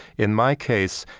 in my case,